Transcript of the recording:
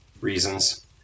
reasons